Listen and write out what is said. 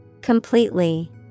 Completely